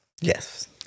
Yes